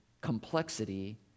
complexity